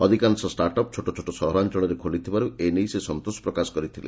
ଅଧିକାଂଶ start up ଛୋଟଛୋଟ ସହରାଞ୍ଚଳରେ ଖୋଲିଥିବାରୁ ଏ ନେଇ ସେ ସନ୍ତୋଷ ପ୍ରକାଶ କରିଥିଲେ